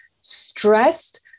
stressed